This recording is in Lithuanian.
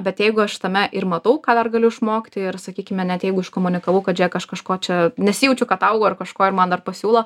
bet jeigu aš tame ir matau ką dar galiu išmokti ir sakykime net jeigu iškomunikavau kad žėk aš kažko čia nesijaučiu kad augu ar kažkuo ir man dar pasiūlo